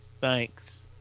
Thanks